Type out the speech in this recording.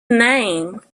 name